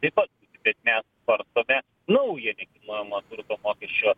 taip pat bet mes svarstome naują nekilnojamo turto mokesčio